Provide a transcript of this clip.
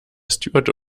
steward